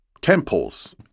temples